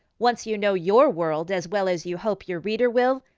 once you know your world as well as you hope your reader will,